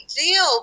deal